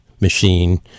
machine